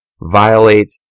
violate